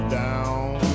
down